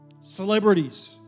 Celebrities